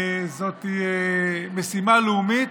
זאת משימה לאומית.